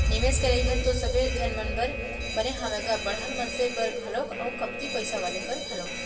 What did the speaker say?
निवेस करई ह तो सबे झन मन बर बने हावय गा बड़हर मनसे बर घलोक अउ कमती पइसा वाले बर घलोक